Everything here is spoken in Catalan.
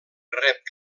rep